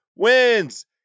wins